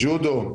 ג'ודו.